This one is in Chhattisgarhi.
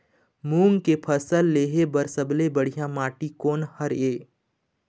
मूंग के फसल लेहे बर सबले बढ़िया माटी कोन हर ये?